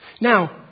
Now